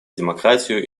демократию